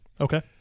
Okay